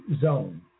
zone